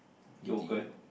yogurt